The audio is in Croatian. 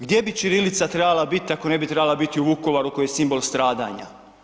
Gdje bi ćirilica trebala biti, ako ne bi trebala biti u Vukovaru koji je simbol stradanje?